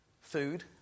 food